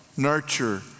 nurture